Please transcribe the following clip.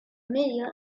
médias